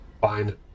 Fine